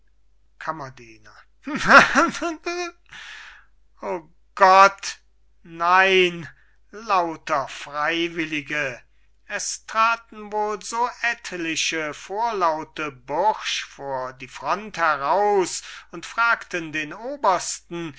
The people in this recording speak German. kammerdiener lacht fürchterlich o gott nein lauter freiwillige es traten wohl so etliche vorlaute bursch vor die front heraus und fragten den obersten